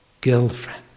girlfriend